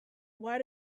why